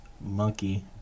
monkey